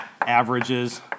averages